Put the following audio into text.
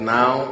now